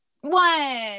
One